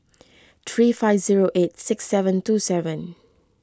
three five zero eight six seven two seven